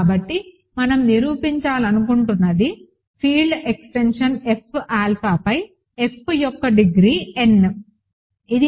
కాబట్టి మనం నిరూపించాలనుకుంటున్నది ఫీల్డ్ ఎక్స్టెన్షన్ F ఆల్ఫా పై F యొక్క డిగ్రీ n